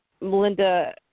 Melinda